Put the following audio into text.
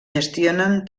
gestionen